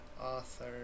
author